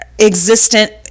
existent